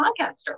podcaster